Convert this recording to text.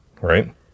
right